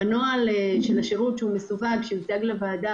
בנוהל של השירות שהוא מסווג ויוצג לוועדה